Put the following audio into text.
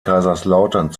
kaiserslautern